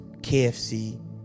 KFC